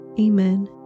Amen